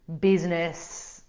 business